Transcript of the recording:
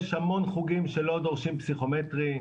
יש המון חוגים שלא דורשים פסיכומטרי,